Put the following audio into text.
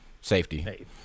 safety